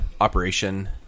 Operation